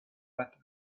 that